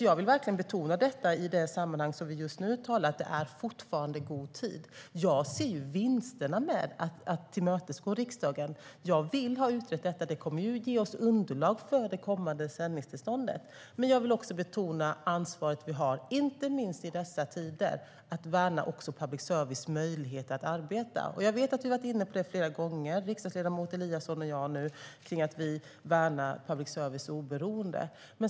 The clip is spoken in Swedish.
Jag vill verkligen betona detta i det sammanhang som vi just nu talar om. Det här är fortfarande i god tid. Jag ser vinsterna med att tillmötesgå riksdagen. Jag vill ha detta utrett. Det kommer att ge oss underlag för det kommande sändningstillståndet. Men jag vill också betona ansvaret vi har, inte minst i dessa tider, att värna också public services möjlighet att arbeta. Jag vet att vi har varit inne flera gånger, riksdagsledamot Eliasson och jag, på att vi värnar public services oberoende.